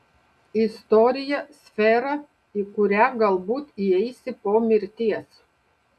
istorija sfera į kurią galbūt įeisi po mirties